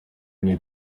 new